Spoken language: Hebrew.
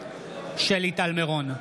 שלי טל מירון,